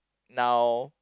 now